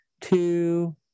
two